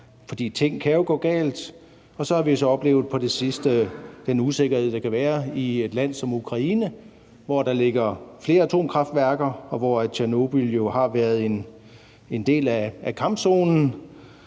for ting kan jo gå galt. Og så har vi så på det sidste oplevet den usikkerhed, der kan være i et land som Ukraine, hvor der ligger flere atomkraftværker, og hvor Tjernobyl jo har været en del af kampzonen.